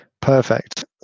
perfect